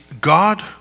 God